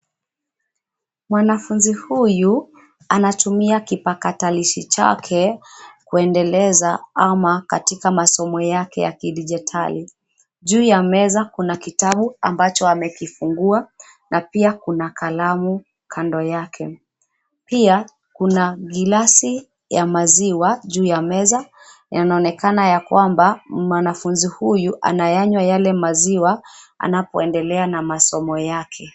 Mwanafunzi huyu, anatumia kipakatalishi chake, kuendeleza ama katika masomo yake ya kidijitali. Juu ya meza kuna kitabu ambacho amekifungua, na pia kuna kalamu kando yake. Pia, kuna gilasi ya maziwa juu ya meza, yanaonekana ya kwamba, mwanafunzi huyu anayanywa yale maziwa, anapoendelea na masomo yake.